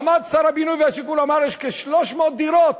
עמד שר הבינוי והשיכון ואמר: יש כ-300 דירות